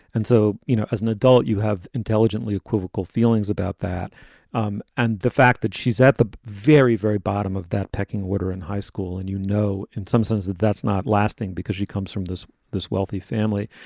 and so, you know, as an adult, you have intelligently equivocal feelings about that um and the fact that she's at the very, very bottom of that pecking order in high school. and, you know, in some sense that that's not lasting because she comes from this this wealthy family.